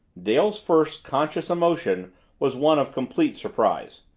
dale's first conscious emotion was one of complete surprise.